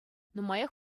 нумаях